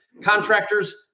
contractors